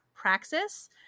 praxis